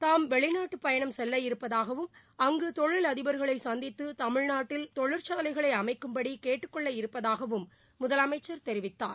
தாம் வெளிநாட்டுப் பயணம் செல்லவிருப்பதாகவும் அங்கு தொழிலதிபர்களை சந்தித்து தமிழ்நாட்டில் தொழிற்சாலைகளை அமைக்கும்படி கேட்டுக் கொள்ளவிருப்பதாகவும் முதலமைச்சர் தெரிவித்தார்